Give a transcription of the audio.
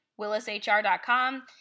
willishr.com